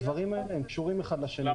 הדברים האלה קשורים אחד לשני.